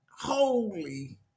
Holy